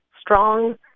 strong